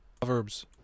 Proverbs